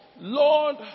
Lord